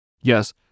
Yes